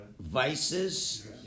vices